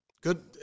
Good